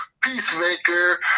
Peacemaker